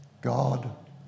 God